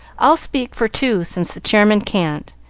i'll speak for two since the chairman can't,